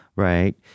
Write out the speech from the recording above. Right